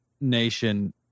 nation